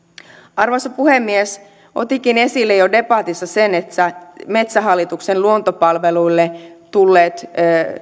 arvoisa puhemies otinkin esille jo debatissa sen että metsähallituksen luontopalveluille tulleet